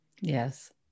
Yes